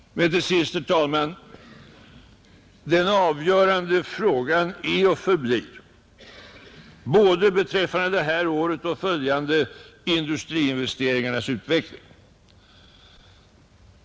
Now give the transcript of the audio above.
Men den avgörande frågan är och förblir, både beträffande det här året och följande, industriinvesteringarnas utveckling.